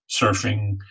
surfing